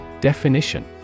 Definition